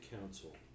council